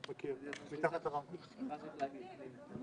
המקום מבוקר, הוא טבע עירוני.